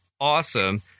awesome